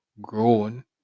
grown